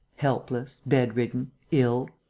helpless, bedridden, ill.